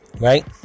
right